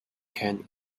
can